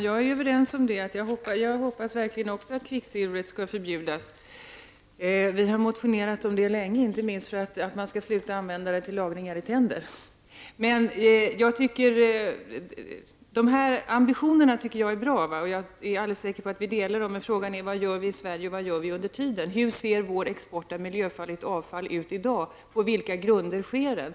Fru talman! Också jag hoppas verkligen att kvicksilvret skall förbjudas. Vi har motionerat sedan länge om detta, inte minst om att man skall sluta med att använda det till lagningar i tänder. Jag tycker att ambitionerna är bra, men frågan är vad vi i Sverige gör under tiden. Hur ser vår export av miljöfarligt avfall ut i dag? På vilka grunder bedrivs den?